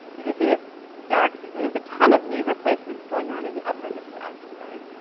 is you see this darks is that there's a ton of knee replacements going on in the upper midwest, right?